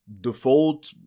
default